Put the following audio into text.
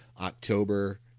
October